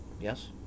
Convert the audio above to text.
Yes